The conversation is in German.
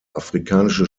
afrikanische